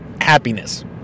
Happiness